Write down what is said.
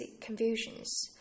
confusions